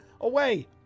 away